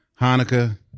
Hanukkah